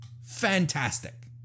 fantastic